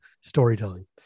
storytelling